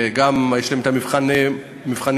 וגם יש להם מבחנים מקדימים.